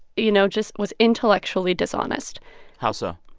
you know, just was intellectually dishonest how so?